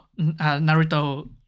Naruto